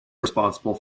responsible